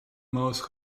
most